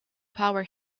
power